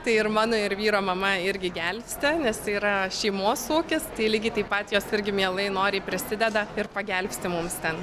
tai ir mano ir vyro mama irgi gelbsti nes tai yra šeimos ūkis tai lygiai taip jos irgi mielai noriai prisideda ir pagelbsti mums ten